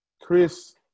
Chris